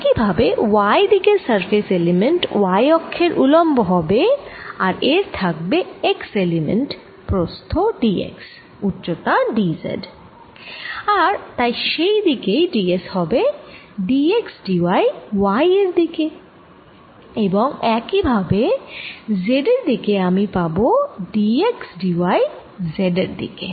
একই ভাবে y দিকের সারফেস এলিমেন্ট y অক্ষের উলম্ব হবে আর এর থাকবে x এলিমেন্ট প্রস্থ d x উচ্চতা d z আর তাই সেই দিকে d s হবে d x d z y এর দিকে এবং একই ভাবে z এর দিকে আমি পাবো d x d y z এর দিকে